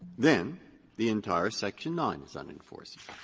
then the entire section nine is unenforceable.